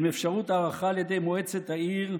עם אפשרות הארכה על ידי מועצת העיר,